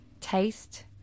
taste